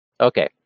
Okay